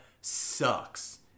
sucks